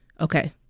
okay